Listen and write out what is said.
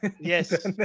Yes